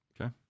Okay